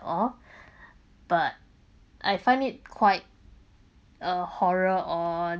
oh but I find it quite a horror or